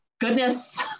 goodness